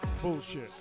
bullshit